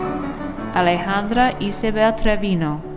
alejandra isabel trevino.